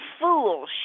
fool